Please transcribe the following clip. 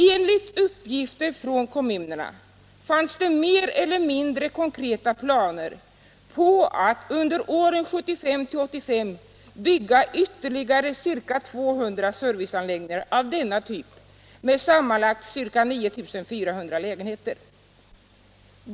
Enligt uppgifter från kommunerna fanns det mer eller mindre konkreta planer på att under åren 1975-1985 bygga ytterligare ca 200 serviceanläggningar av denna typ med sammanlagt ca 9 400 lägenheter.